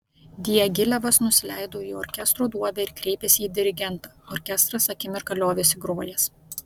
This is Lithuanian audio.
diagilevas nusileido į orkestro duobę ir kreipėsi į dirigentą orkestras akimirką liovėsi grojęs